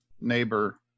neighbor